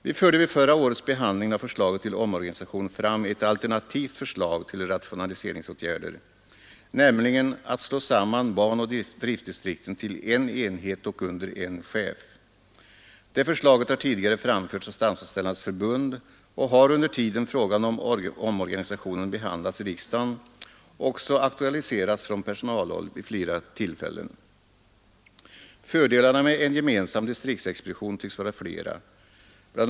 Vi förde vid förra årets behandling av förslaget till omorganisation fram ett alternativt förslag till rationaliseringsåtgärder, nämligen att slå samman banoch driftdistrikten till en enhet och under en chef. Det förslaget har tidigare framförts av Statsanställdas förbund och har under tiden omorganisationen behandlats i riksdagen också aktualiserats från personalhåll vid flera tillfällen. Fördelarna med en gemensam distriktsexpedition tycks vara flera. Bl.